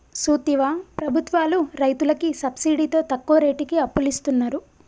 సూత్తివా ప్రభుత్వాలు రైతులకి సబ్సిడితో తక్కువ రేటుకి అప్పులిస్తున్నరు